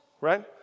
right